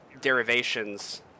derivations